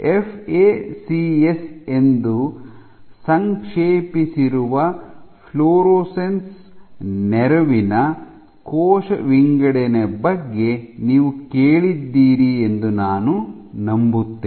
FACS ಎಂದು ಸಂಕ್ಷೇಪಿಸಿರುವ fluorescence ನೆರವಿನ ಕೋಶ ವಿಂಗಡಣೆಯ ಬಗ್ಗೆ ನೀವು ಕೇಳಿದ್ದೀರಿ ಎಂದು ನಾನು ನಂಬುತ್ತೇನೆ